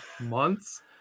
months